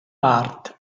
art